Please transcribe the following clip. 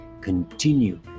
continue